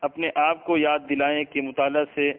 اپنے آپ کو یاد دلائیں کہ مطالعہ سے